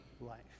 life